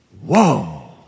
Whoa